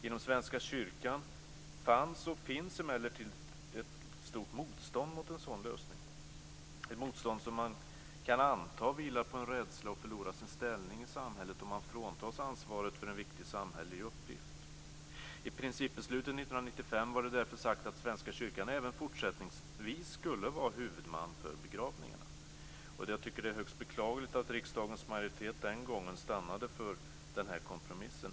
Inom Svenska kyrkan fanns och finns emellertid ett stort motstånd mot en sådan lösning, ett motstånd som man kan anta vilar på en rädsla att förlora sin ställning i samhället om man fråntas ansvaret för en viktig samhällelig uppgift. I principbeslutet 1995 var det därför sagt att Svenska kyrkan även fortsättningsvis skulle vara huvudman för begravningarna. Jag tycker att det är högst beklagligt att riksdagens majoritet den gången stannade för den här kompromissen.